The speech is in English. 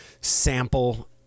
sample